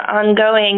ongoing